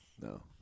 No